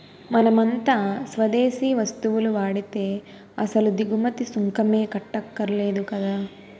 మనమంతా స్వదేశీ వస్తువులు వాడితే అసలు దిగుమతి సుంకమే కట్టక్కర్లేదు కదా